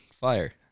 fire